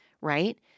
right